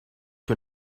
que